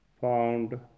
found